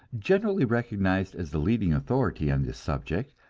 generally recognized as the leading authority on this subject,